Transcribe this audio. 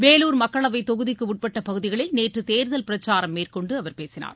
வேலூர் மக்களவைத் தொகுதிக்குட்பட்ட பகுதிகளில் நேற்று தேர்தல் பிரச்சாரம் மேற்கொண்டு அவர் பேசினார்